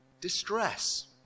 distress